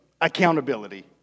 accountability